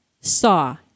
saw